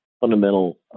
fundamental